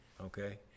okay